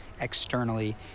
externally